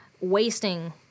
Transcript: wasting